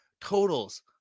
totals